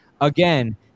again